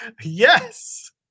Yes